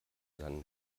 seinen